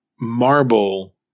marble